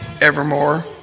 evermore